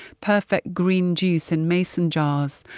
perfect green juice in mason jars.